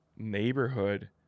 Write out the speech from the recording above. neighborhood